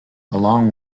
along